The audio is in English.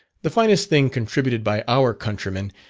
the finest thing contributed by our countrymen,